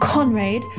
Conrad